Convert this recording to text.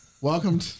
Welcome